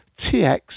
TX